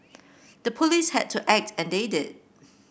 the police had to act and they did